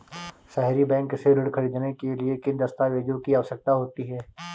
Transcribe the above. सहरी बैंक से ऋण ख़रीदने के लिए किन दस्तावेजों की आवश्यकता होती है?